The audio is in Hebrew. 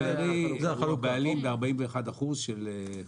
דפוס בארי הם בעלים ב-41% ב"מסר".